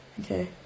Okay